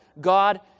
God